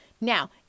Now